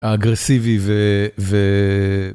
אגרסיבי ו...